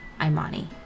Imani